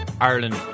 Ireland